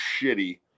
shitty